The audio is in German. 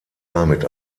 damit